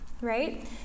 right